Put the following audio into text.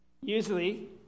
usually